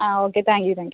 ആ okay thank you thank U